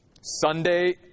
Sunday